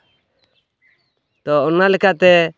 ᱛᱚ ᱚᱱᱟ ᱞᱮᱠᱟᱛᱮ